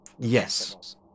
Yes